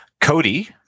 Cody